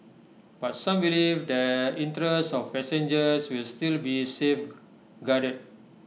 but some believe the interests of passengers will still be safeguarded